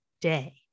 day